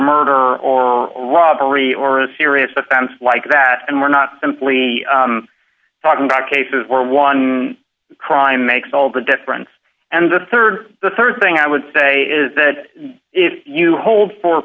murder or robbery or a serious offense like that and we're not simply talking about cases where one crime makes all the difference and the rd the rd thing i would say is that if you hold for